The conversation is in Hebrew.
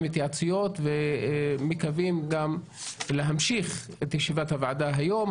התייעצויות ומקווים גם להמשיך את ישיבת הוועדה היום,